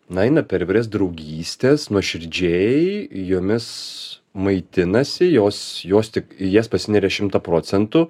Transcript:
na eina per įvairias draugystes nuoširdžiai jomis maitinasi jos jos tik į jas pasineria šimtą procentų